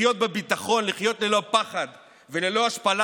לחיות בביטחון, לחיות ללא פחד וללא השפלה.